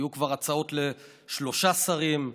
היו כבר הצעות לשלושה שרים: